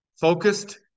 focused